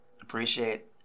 appreciate